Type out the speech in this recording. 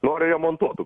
nu ar remontuotų